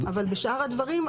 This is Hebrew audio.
אבל בשאר הדברים,